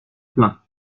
plein